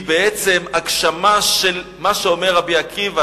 היא בעצם הגשמה של מה שאומר רבי עקיבא,